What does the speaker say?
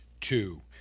two